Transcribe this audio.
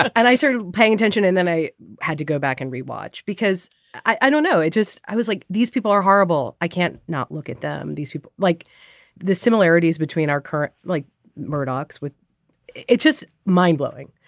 and i started paying attention and then i had to go back and re watch because i don't know it just i was like these people are horrible. i can't not look at them. these people like the similarities between our like like murdochs with it just mindblowing.